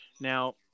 Now